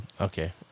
Okay